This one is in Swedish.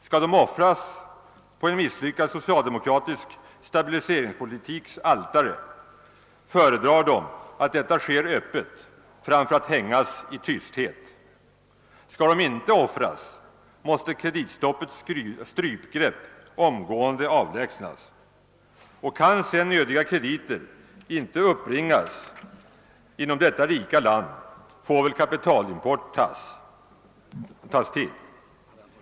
Skall de offras på en misslyckad socialdemokratisk stabiliseringspolitiks altare, föredrar de att detta sker öppet framför att hängas i tysthet. Om de inte skall offras, måste kreditstoppets strupgrepp omgående avlägsnas. Kan sedan nödiga krediter inte upp bringas inom detta rika land, får väl kapitalimport tas till.